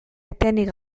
etenik